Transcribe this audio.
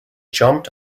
jumped